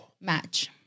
match